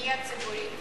בנייה ציבורית.